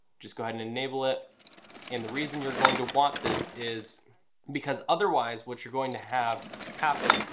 just go ahead and enable it and the reason you're going to want this is because otherwise what you're going to have happen,